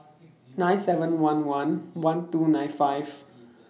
nine seven one one one two nine five